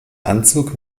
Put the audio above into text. anzug